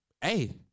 hey